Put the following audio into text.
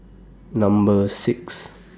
Number six